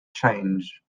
change